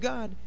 God